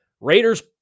Raiders